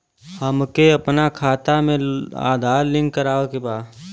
हमके अपना खाता में आधार लिंक करावे के बा?